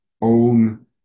own